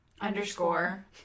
underscore